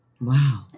Wow